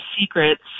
secrets